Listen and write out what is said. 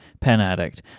penaddict